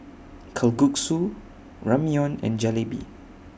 Kalguksu Ramyeon and Jalebi